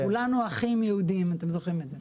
כולנו אחים יהודים, אתם זוכרים את זה.